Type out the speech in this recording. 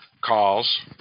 calls